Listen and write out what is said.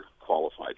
qualified